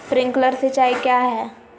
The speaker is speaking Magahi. प्रिंक्लर सिंचाई क्या है?